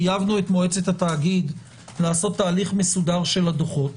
חייבנו את מועצת התאגיד לעשות תהליך מסודר של הדוחות